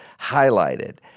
highlighted